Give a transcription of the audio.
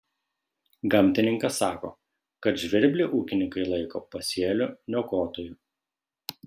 gamtininkas sako kad žvirblį ūkininkai laiko pasėlių niokotoju